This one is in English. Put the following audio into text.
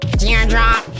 teardrop